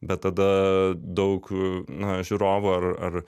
bet tada daug na žiūrovų ar ar